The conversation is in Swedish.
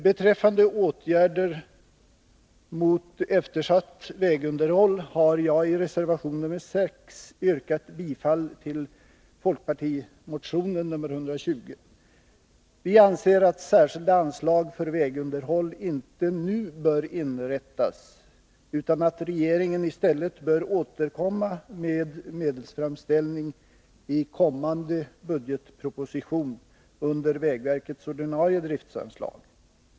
Beträffande åtgärder mot eftersatt vägunderhåll har jag i reservation 6 föreslagit bifall till folkpartiets partimotion 120. Vi anser att särskilda anslag för vägunderhåll nu inte bör inrättas utan att regeringen i stället bör återkomma med en medelsframställning i kommande budgetproposition under vägverkets ordinarie driftsanslag.